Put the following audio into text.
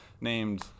named